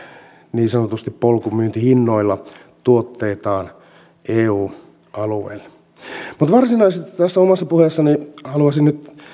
niin sanotusti polkumyyntihinnoilla tuotteitaan eu alueelle mutta varsinaisesti tässä omassa puheessani haluaisin nyt